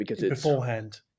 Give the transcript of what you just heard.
beforehand